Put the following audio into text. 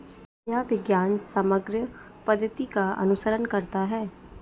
यह विज्ञान समग्र पद्धति का अनुसरण करता है